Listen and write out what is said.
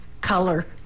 color